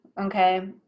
Okay